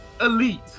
Elite